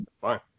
Fine